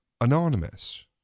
anonymous